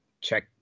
check